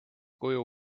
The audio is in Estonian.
kuju